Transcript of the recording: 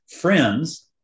friends